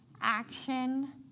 action